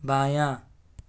بایاں